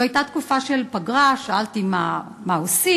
זו הייתה תקופה של פגרה, שאלתי: מה עושים?